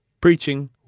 preaching